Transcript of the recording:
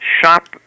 shop